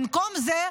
במקום זה,